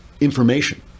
information